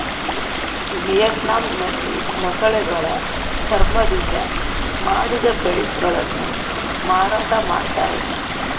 ವಿಯೆಟ್ನಾಂನಲ್ಲಿ ಮೊಸಳೆಗಳ ಚರ್ಮದಿಂದ ಮಾಡಿದ ಬೆಲ್ಟ್ ಗಳನ್ನು ಮಾರಾಟ ಮಾಡ್ತರೆ